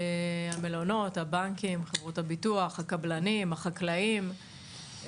המלונות, הבנקים, חברות הביטוח, הקבלנים, החקלאים.